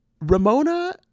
Ramona